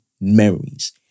memories